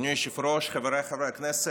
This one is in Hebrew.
אדוני היושב-ראש, חבריי חברי הכנסת,